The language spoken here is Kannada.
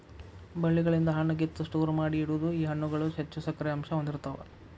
ಬಳ್ಳಿಗಳಿಂದ ಹಣ್ಣ ಕಿತ್ತ ಸ್ಟೋರ ಮಾಡಿ ಇಡುದು ಈ ಹಣ್ಣುಗಳು ಹೆಚ್ಚು ಸಕ್ಕರೆ ಅಂಶಾ ಹೊಂದಿರತಾವ